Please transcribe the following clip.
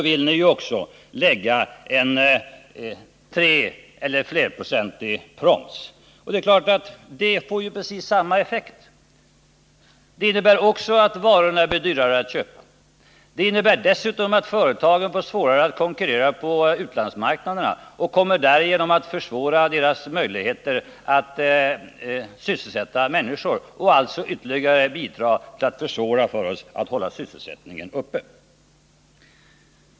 — vill ni lägga en treprocentig proms. Det är klart att det får precis samma effekt. Det innebär också att varorna blir dyrare att köpa. Det innebär dessutom att företagen får svårare att konkurrera på utlandsmarknaderna, vilket kommer att försvåra deras möjligheter att sysselsätta människor och alltså ytterligare bidra till att minska möjligheterna för oss att hålla sysselsättningen uppe.